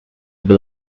into